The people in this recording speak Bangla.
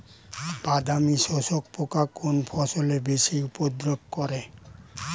বাদামি শোষক পোকা কোন ফসলে বেশি উপদ্রব করে?